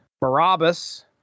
Barabbas